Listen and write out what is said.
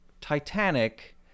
Titanic